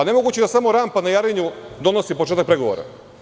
Nemoguće je da samo rampa na Jarinju donosi početak pregovora.